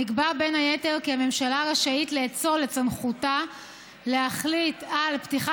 נקבע בין היתר כי הממשלה רשאית לאצול את סמכותה להחליט על פתיחה